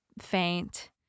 faint